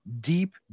deep